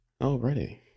Already